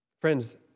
Friends